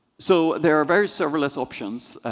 so there are very serverless options.